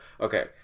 Okay